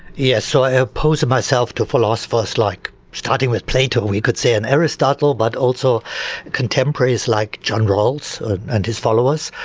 yes, so i oppose it myself to philosophers like, starting with plato or we could say and aristotle, but also contemporaries like john rawls and his followers,